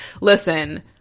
listen